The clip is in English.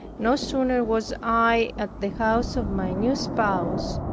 no sooner was i at the house of my new spouse,